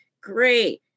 Great